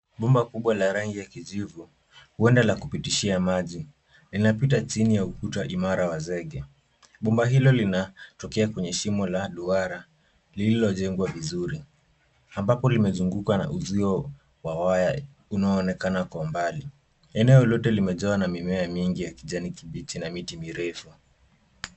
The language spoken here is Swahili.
Bomba kubwa la rangi ya kijivu huenda la kupitishia maji linapita chini ya ukuta imara wa zege, bomba hilo linatokea kwenye shimo la duara lililojengwa vizuri ambapo limezungukwa na uzio wa wire unaonekana kwa mbali, eneo lote limejawa na mimea ya kijani kibichi na miti mirefu.